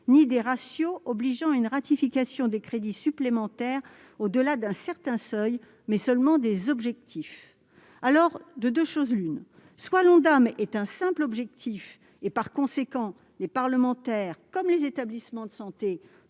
ni des ratios obligeant à une ratification des crédits supplémentaires au-delà d'un certain seuil, mais seulement des objectifs ». De deux choses l'une : soit l'Ondam est un simple objectif et, par conséquent, les parlementaires comme les établissements de santé